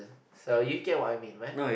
so you get what I mean man